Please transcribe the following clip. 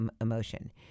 emotion